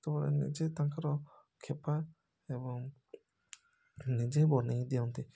ସେତେବେଳେ ନିଜେ ତାଙ୍କର ଖେପା ଏବଂ ନିଜେ ବନେଇ ଦିଅନ୍ତି